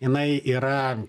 jinai yra